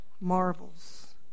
marvels